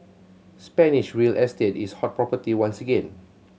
Spanish real estate is hot property once again